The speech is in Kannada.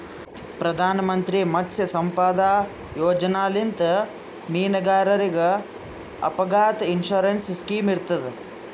ಪ್ರಧಾನ್ ಮಂತ್ರಿ ಮತ್ಸ್ಯ ಸಂಪದಾ ಯೋಜನೆಲಿಂತ್ ಮೀನುಗಾರರಿಗ್ ಅಪಘಾತ್ ಇನ್ಸೂರೆನ್ಸ್ ಸ್ಕಿಮ್ ಇರ್ತದ್